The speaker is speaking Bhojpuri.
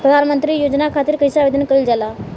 प्रधानमंत्री योजना खातिर कइसे आवेदन कइल जाला?